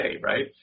right